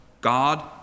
God